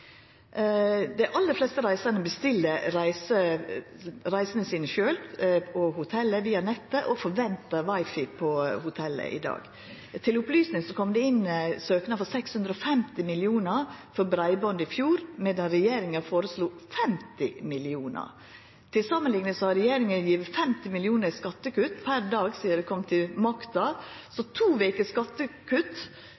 Dei aller fleste reisande bestiller reisene sine sjølve på hotellet via nettet og forventar Wi-Fi på hotellet i dag. Til opplysning kom det inn søknader om 650 mill. kr til breiband i fjor, medan regjeringa foreslo 50 mill. kr. Til samanlikning har regjeringa gjeve 50 mill. kr i skattekutt per dag sidan ho kom til makta, så